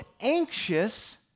anxious